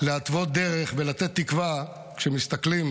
להתוות דרך ולתת תקווה, כשמסתכלים